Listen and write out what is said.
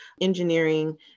engineering